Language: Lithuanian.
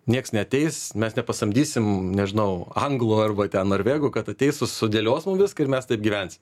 nieks neateis mes nepasamdysim nežinau anglų ar va ten norvegų kad ateis su sudėlios mum viską ir mes taip gyvensim